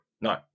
No